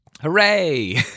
Hooray